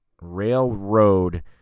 Railroad